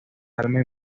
alma